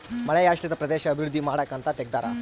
ಮಳೆಯಾಶ್ರಿತ ಪ್ರದೇಶದ ಅಭಿವೃದ್ಧಿ ಮಾಡಕ ಅಂತ ತೆಗ್ದಾರ